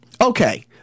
okay